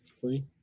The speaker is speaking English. free